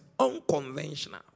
unconventional